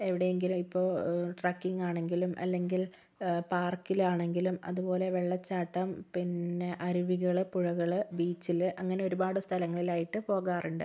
എവിടെയെങ്കിലും ഇപ്പോൾ ട്രക്കിങ് ആണെങ്കിലും അല്ലെങ്കിൽ പാർക്കിലാണെങ്കിലും അതുപോലെ വെള്ളച്ചാട്ടം പിന്നെ അരുവികള് പുഴകള് ബീച്ചില് അങ്ങനെ ഒരുപാട് സ്ഥലങ്ങളിലായിട്ട് പോകാറുണ്ട്